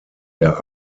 der